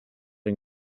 and